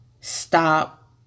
stop